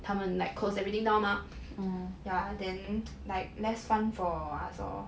他们 like closed everything down now mah ya then like less fun for us lor